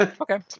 Okay